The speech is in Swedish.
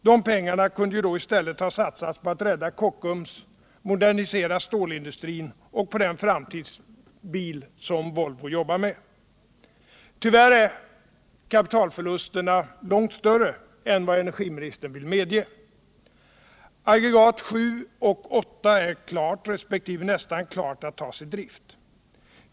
De pengarna kunde ju då i stället ha satsats på att rädda Kockums, på att modernisera stålindustrin och på den framtidsbil som Volvo jobbar med. Tyvärr är kapitalförlusterna långt större än energiministern vill medge. Aggregaten 7 och 8 är klart resp. nästan klart att tas i drift.